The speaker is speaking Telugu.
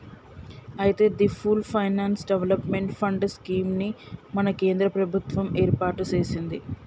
అయితే the full finance development fund scheme ని మన కేంద్ర ప్రభుత్వం ఏర్పాటు సెసింది